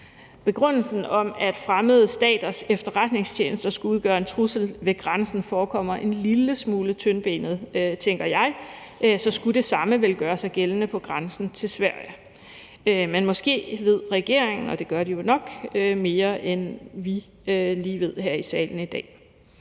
Begrundelsen om, at fremmede staters efterretningstjenester skulle udgøre en trussel ved grænsen, forekommer en lille smule tyndbenet, tænker jeg. Så skulle det samme vel også gøre sig gældende på grænsen til Sverige. Men måske ved regeringen – og det gør de jo nok – mere, end vi lige ved her i salen i dag.